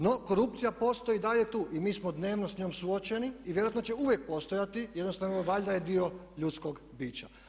No korupcija postoji i dalje tu i mi smo dnevno s njom suočeni i vjerojatno će uvijek postojat, jednostavno valjda je dio ljudskog bića.